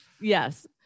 Yes